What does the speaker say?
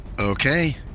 Okay